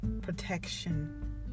protection